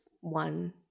one